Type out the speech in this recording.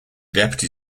deputy